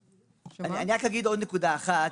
אני רק אגיד עוד נקודה אחת.